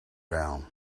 down